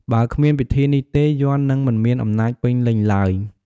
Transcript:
បើគ្មានពិធីនេះទេ យ័ន្តនឹងមិនមានអំណាចពេញលេញឡើយ។